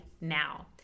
now